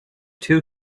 two